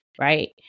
right